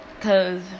cause